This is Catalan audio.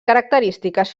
característiques